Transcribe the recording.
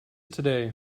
today